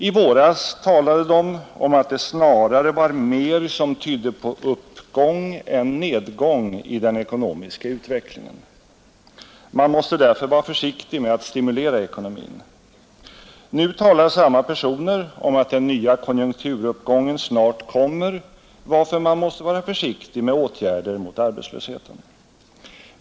I våras talade de om att det snarare var mer som tydde på uppgång än på nedgång i den ekonomiska utvecklingen. Man mäste därför vara försiktig med att stimulera ekonomin. Nu talar samma personer om att den nya konjunkturuppgängen snart kommer, varför man måste vara försiktig med åtgärder mot arbetslösheten.